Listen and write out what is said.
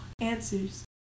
answers